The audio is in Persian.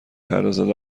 پردازد